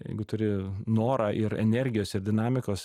jeigu turi norą ir energijos ir dinamikos